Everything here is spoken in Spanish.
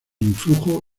influjo